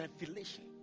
Revelation